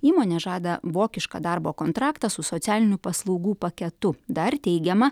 įmonė žada vokišką darbo kontraktą su socialinių paslaugų paketu dar teigiama